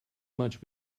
much